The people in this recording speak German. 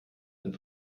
ein